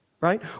Right